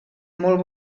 molt